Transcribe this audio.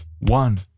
One